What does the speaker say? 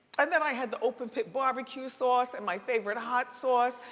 and then i had the open-pit barbecue sauce and my favorite hot sauce,